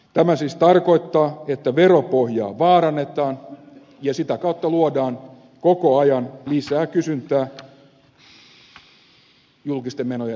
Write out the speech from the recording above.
tämä siis tarkoittaa että veropohjaa vaarannetaan ja sitä kautta luodaan koko ajan lisää kysyntää julkisten menojen leikkausehdotuksille